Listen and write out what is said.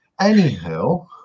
anyhow